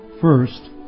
First